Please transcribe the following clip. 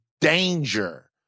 danger